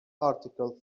article